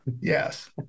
Yes